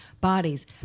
Bodies